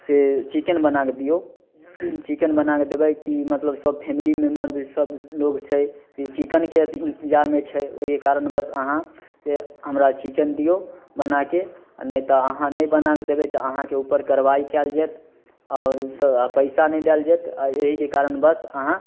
से chicken बनाके दिऔ chicken बनाके देबै कि मतलब सब फैमिली मेम्बर सभलोक छै जे चिकेनके इन्तजारमे छै ओहिके कारणवश अहाँ से हमरा चिकेन दिऔ बनाके आओर नहि तऽ अहाँ नहि बनाके देबै तऽ अहाँके उपर कार्रवाही कएल जाएत आओर पइसा नहि देल जाएत आओर एहिके कारणवश अहाँ